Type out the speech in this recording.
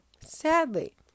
Sadly